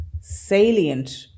salient